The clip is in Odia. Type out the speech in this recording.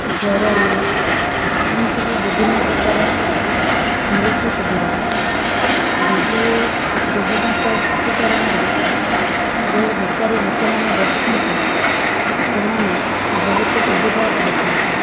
ଜ୍ୱରରୁ ଏମିତିକି ବିଭିନ୍ନ ପ୍ରକାର ମିଳୁଛି ସୁବିଧା ବିଜୁ ଯୁବ ସଶକ୍ତିକରଣରୁ ଯେଉଁ ବେକାରୀ ଲୋକମାନେ ବସିଛନ୍ତି ସେମାନେ ବହୁତ ସୁବିଧା ପାଉଛନ୍ତି